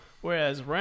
whereas